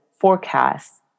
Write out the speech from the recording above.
forecasts